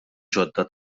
ġodda